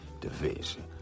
division